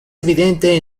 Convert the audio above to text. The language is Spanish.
evidente